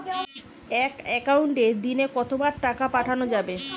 এক একাউন্টে দিনে কতবার টাকা পাঠানো যাবে?